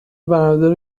بنادر